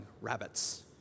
rabbits